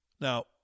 Now